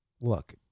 look